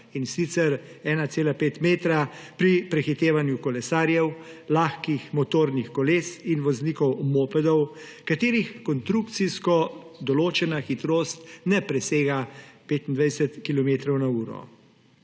in sicer 1,5 metra pri prehitevanju kolesarjev, lahkih motornih koles in voznikov mopedov, katerih konstrukcijsko določena hitrost ne presega 25 kilometrov